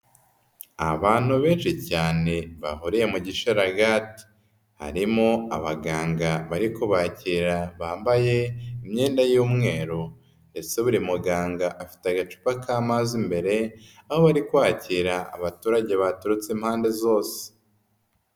Abantu benshi cyane bahuriye mu gishararagati harimo abaganga bari kubakira bambaye imyenda y'umweru, mbese buri muganga afite agacupa k'amazi imbere aho bari kwakira abaturage baturutse impande zose.